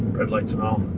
red lights and all.